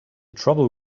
trouble